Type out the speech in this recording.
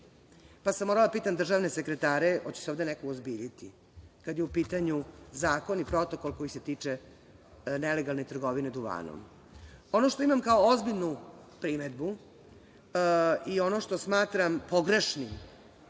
sam da pitam državne sekretare – hoće li se ovde neko uozbiljiti, kada je u pitanju zakon i protokol koji se tiče nelegalne trgovine duvanom. Ono što imam kao ozbiljnu primedbu i ono što smatram pogrešnim